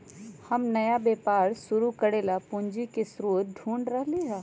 हम नया व्यापार शुरू करे ला पूंजी के स्रोत ढूढ़ रहली है